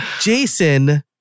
Jason